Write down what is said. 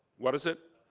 what is it?